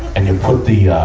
and you put the, yeah